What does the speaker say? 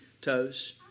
toes